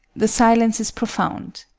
the silence is profound.